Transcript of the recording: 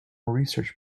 research